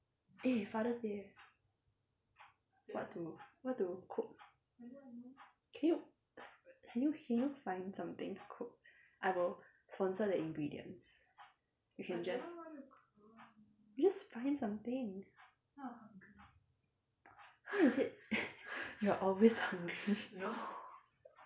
eh father's day leh what to what to cook can you can you can you find something to cook I will sponsor the ingredients you can just you just find something you are always hungry